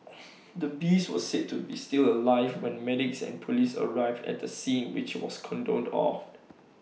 the beast was said to be still alive when medics and Police arrived at the scene which was cordoned off